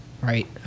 Right